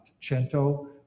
cento